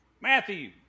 Matthew